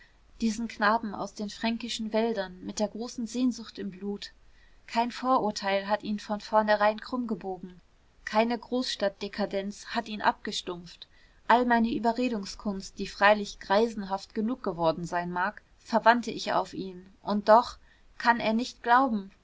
diesen knaben aus den fränkischen wäldern mit der großen sehnsucht im blut kein vorurteil hat ihn von vornherein krummgebogen keine großstadtdekadenz hat ihn abgestumpft all meine überredungskunst die freilich greisenhaft genug geworden sein mag verwandte ich auf ihn und doch kann er nicht glauben